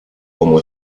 como